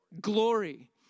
glory